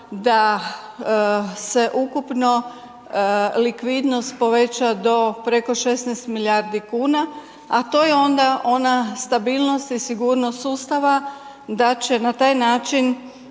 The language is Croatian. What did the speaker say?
da se ukupno likvidnost poveća do preko 16 milijardi kuna, a to je onda ona stabilnost i sigurnost sustava da će na taj način